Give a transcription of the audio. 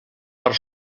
per